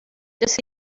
just